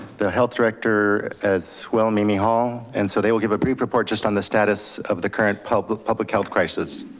the health director as well, mimi hall. and so they will give a brief report just on the status of the current public public health crisis.